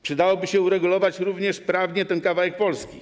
Przydałoby się uregulować również prawnie ten kawałek Polski.